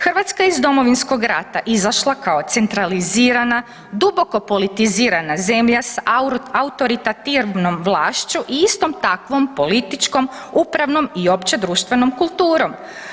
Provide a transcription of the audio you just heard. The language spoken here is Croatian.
Hrvatska je iz Domovinskog rata izašla kao centralizirana, duboko politizirana s autoritativnom vlašću i istom takvom političkom, upravnom i opće društvenom kulturom.